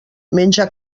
menja